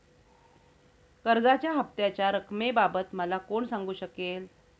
कर्जाच्या हफ्त्याच्या रक्कमेबाबत मला कोण सांगू शकेल?